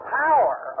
power